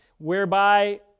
whereby